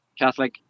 catholic